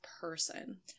person